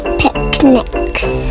picnics